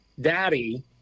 daddy